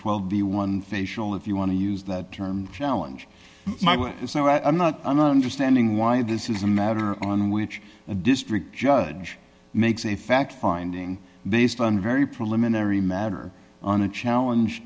twelve b one facial if you want to use that term challenge my way i'm not i'm not understanding why this is a matter on which a district judge makes a fact finding based on very preliminary matter on a challenge